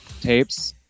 tapes